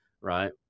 Right